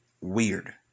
weird